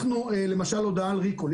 למשל הודעה על ריקול,